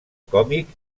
còmic